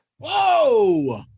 Whoa